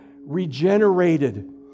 regenerated